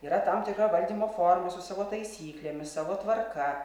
yra tam tikra valdymo forma su savo taisyklėmis savo tvarka